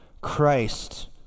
Christ